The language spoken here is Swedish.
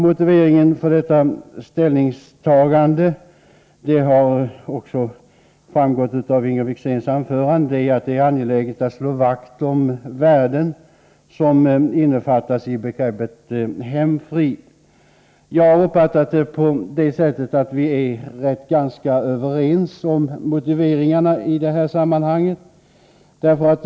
Motiveringen för detta ställningstagande är — vilket har framgått av Inger Wickzéns anförande — att det är angeläget att slå vakt om de värden som innefattas i begreppet hemfrid. Jag har uppfattat det så att vi är ganska överens om motiveringarna i reservationen.